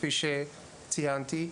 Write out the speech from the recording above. כפי שציינתי,